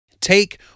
take